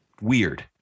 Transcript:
weird